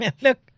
Look